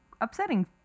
upsetting